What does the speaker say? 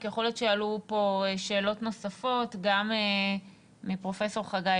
כי יכול להיות שיעלו פה שאלות נוספות גם מפרופ' חגי